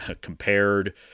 compared